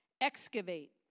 excavate